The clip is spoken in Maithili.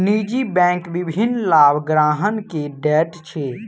निजी बैंक विभिन्न लाभ ग्राहक के दैत अछि